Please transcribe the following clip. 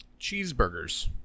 cheeseburgers